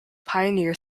pioneer